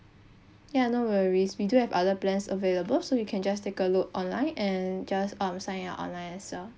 ya no worries we do have other plans available so you can just take a look online and just um sign it up online as well